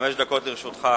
חמש דקות לרשותך.